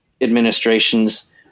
administrations